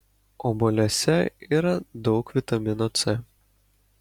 obuoliuose yra daug vitamino c